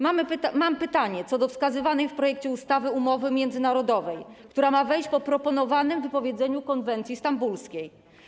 Mam pytanie co do wskazywanej w projekcie ustawy umowy międzynarodowej, która ma wejść po proponowanym wypowiedzeniu konwencji stambulskiej.